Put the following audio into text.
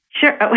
Sure